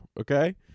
okay